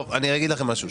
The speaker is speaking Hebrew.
אני אגיד לכם משהו.